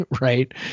right